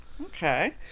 Okay